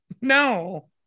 no